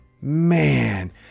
man